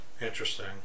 interesting